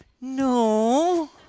No